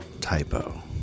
typo